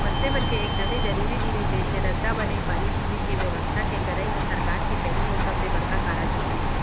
मनसे मन के एकदमे जरूरी जिनिस जइसे रद्दा बनई, पानी, बिजली, के बेवस्था के करई ह सरकार के पहिली अउ सबले बड़का कारज होथे